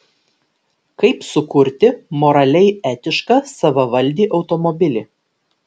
kaip sukurti moraliai etišką savavaldį automobilį